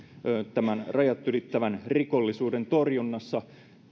rajat ylittävän rikollisuuden torjunnassa